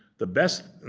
the best,